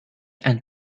and